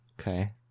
Okay